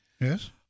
Yes